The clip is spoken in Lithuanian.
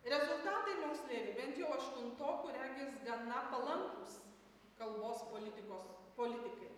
rezultatai moksleivių bent jau aštuntokų regis gana palankūs kalbos politikos politikai